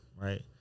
Right